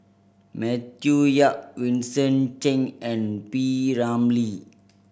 Matthew Yap Vincent Cheng and P Ramlee